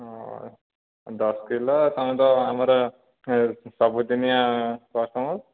ହଁ ଦଶ କିଲୋ ତୁମେ ତ ଆମର ସବୁଦିନିଆ କଷ୍ଟମର